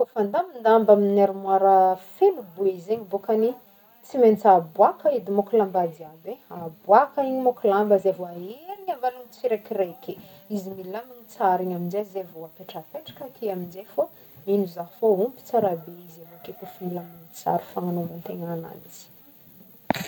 Kaofa andamin-damba amin'ny armoir feno boe zegny bôkany tsy maintsy aboaka edy môko lamba jiaby, aboaka igny môko lamba zey vo aherigny avalogno tsiraikiraiky, izy milamigny tsara igny aminjay zay vô apetrapetraka ake amzay fô, mino za fô omby tsara be izy avake kaofa milamigny tsara fananaovagnan'tegna agnanjy.